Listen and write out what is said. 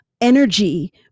energy